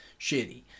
shitty